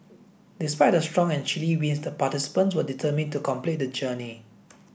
despite the strong and chilly winds the participants were determined to complete the journey